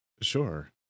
Sure